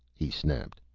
he snapped.